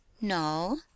no